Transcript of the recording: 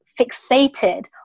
fixated